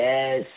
Yes